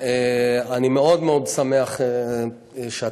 אני מאוד מאוד שמח שאתם,